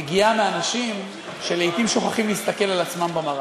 הביקורת מגיעה מאנשים שלעתים שוכחים להסתכל על עצמם במראה.